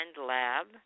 lab